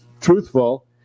truthful